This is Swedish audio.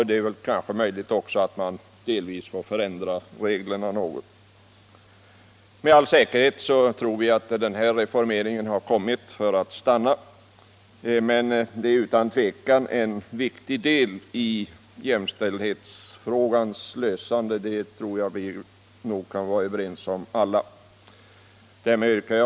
Det är också möjligt att man delvis får ändra reglerna något. Denna reform har säkert kommit för att stanna. Den är utan tvivel viktig för jämställdhetsfrågans lösning. Det kan vi nog alla vara överens om.